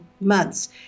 months